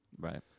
Right